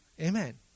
Amen